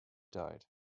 died